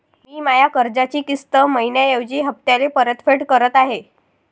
मी माया कर्जाची किस्त मइन्याऐवजी हप्त्याले परतफेड करत आहे